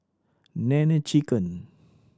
Nene Chicken